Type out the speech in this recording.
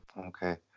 Okay